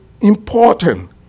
important